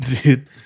dude